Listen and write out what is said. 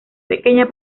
pequeña